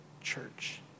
church